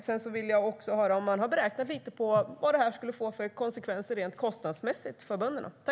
Sedan vill jag höra om man har räknat lite på vad det här skulle få för konsekvenser rent kostnadsmässigt för bönderna.